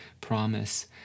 promise